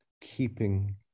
keeping